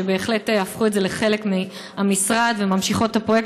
שבהחלט הפכו את זה לחלק מהמשרד וממשיכות את הפרויקט,